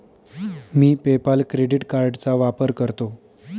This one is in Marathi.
मी पे पाल क्रेडिट कार्डचा वापर करतो